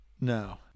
No